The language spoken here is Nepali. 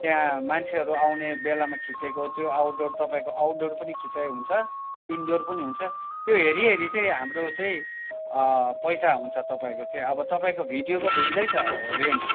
त्यहाँ मान्छेहरू आउने बेलामा खिचेको त्यो आउटडोर तपाईँको आउटडोर पनि खिचाइ हुन्छ इन्डोर पनि हुन्छ त्यो हेरी हेरी चाहिँ हाम्रो चाहिँ पैसा हुन्छ तपाईँको चाहिँ अब तपाईँको भिडियोको भिन्दै छ रेन्ज